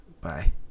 bye